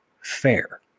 fair